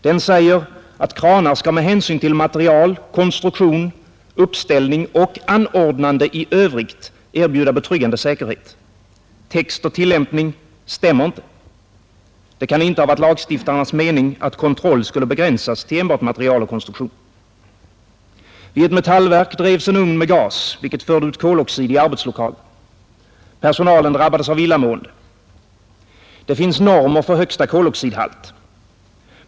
Den säger att kranar skall med hänsyn till material, konstruktion, uppställning och anordnande i övrigt erbjuda betryggande säkerhet. Text och tillämpning stämmer inte. Det kan inte ha varit lagstiftarnas mening att kontrollen skulle begränsas till enbart material och konstruktion. Vid ett metallverk drevs en ugn med gas, vilket förde ut koloxid i arbetslokalen. Personalen drabbades av illamående. Det finns normer för högsta koloxidhalt.